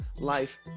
life